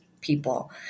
people